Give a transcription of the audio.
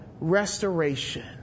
restoration